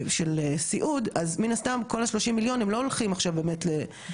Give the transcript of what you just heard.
הם לא הולכים עכשיו באמת למשרד האוצר,